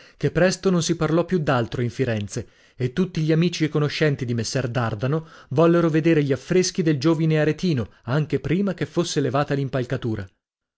che presto non si parlò più d'altro in firenze e tutti gli amici e conoscenti di messer dardano vollero vedere gli affreschi del giovine aretino anche prima che fosse levata l'impalcatura